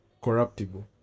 corruptible